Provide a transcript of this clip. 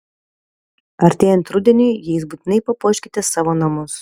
artėjant rudeniui jais būtinai papuoškite savo namus